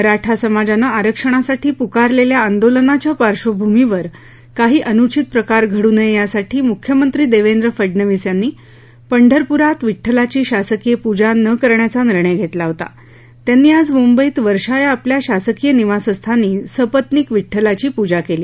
मराठा समाजानं आरक्षणासाठी पुकारलेल्या आंदोलनाच्या पार्शभूमीवर काही अनुचित प्रकार घडू नये यासाठी मुख्यमंत्री देवेंद्र फडनवीस यांनी पंढरपुरात विड्डलाची शासकीय पूजा न करण्याचा निर्णय घेतला होता त्यांनी आज मुंबईत वर्षा या आपल्या शासकीय निवासस्थानी सपत्नीक विठ्ठलाची पूजा केली